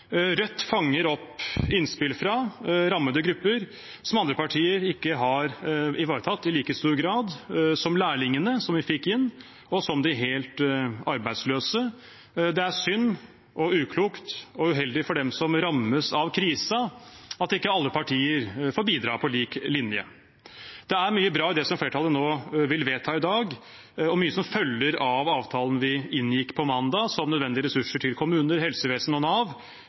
Rødt fanger opp innspill fra rammede grupper som andre partier ikke har ivaretatt i like stor grad, som lærlingene, som vi fikk inn, og de helt arbeidsløse. Det er synd og uklokt og uheldig for dem som rammes av krisen, at ikke alle partier får bidra på lik linje. Det er mye bra i det som flertallet vil vedta i dag, og mye som følger av avtalen vi inngikk på mandag, som nødvendige ressurser til kommuner, helsevesen og Nav,